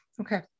okay